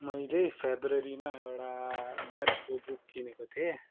मैले फेब्रुअरीमा एउटा म्याथ्सको बुक किनेको थिएँ अनि